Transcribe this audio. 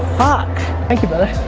fuck, think about it.